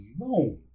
alone